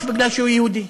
בגלל שהוא יהודי.